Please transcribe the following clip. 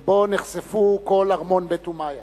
ונחשפו כל ארמון בית אומיה